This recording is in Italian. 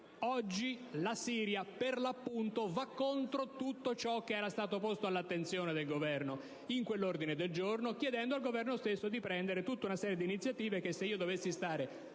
Oggi la Siria, per l'appunto, va contro tutto ciò che era stato posto all'attenzione del Governo in quell'ordine del giorno, in cui gli si chiedeva di assumere tutta una serie di iniziative che, se dovessi